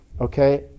Okay